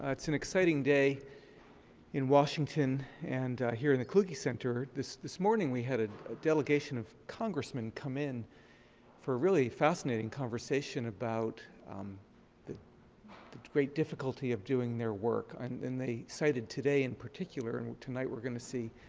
ah it's an exciting day in washington, and here in the kluge center, this this morning we had a delegation of congressmen come in for a really fascinating conversation about the great difficulty of doing their work. and they cited today in particular. and tonight, we're going to see,